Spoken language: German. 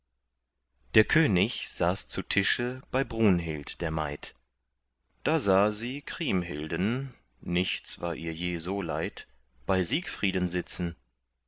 der könig saß zu tische bei brunhild der maid da sah sie kriemhilden nichts war ihr je so leid bei siegfrieden sitzen